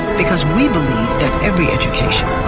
because we believe that every education,